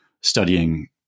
studying